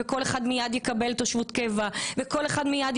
ושכל אחד יקבל מייד תושבות קבע או אזרחות.